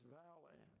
valley